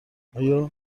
آیا